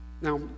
Now